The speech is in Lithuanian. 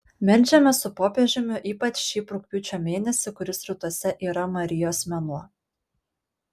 meldžiamės su popiežiumi ypač šį rugpjūčio mėnesį kuris rytuose yra marijos mėnuo